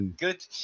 good